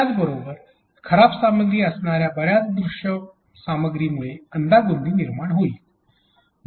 त्याबरोबरच खराब सामग्री असणार्या बऱ्याच दृशसामग्री मुळे अनागोंदी निर्माण होईल